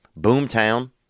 Boomtown